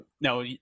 no